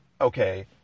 okay